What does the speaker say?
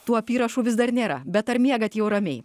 to apyrašų vis dar nėra bet ar miegat jau ramiai